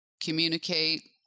Communicate